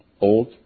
old